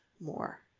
more